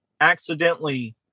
accidentally